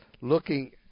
Looking